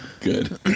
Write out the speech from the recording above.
good